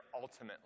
ultimately